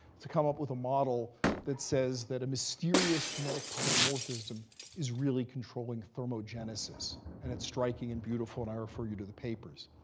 to come up with a model that says that a mysterious genetic polymorphism is really controlling thermogenesis. and it's striking and beautiful, and i refer you to the papers.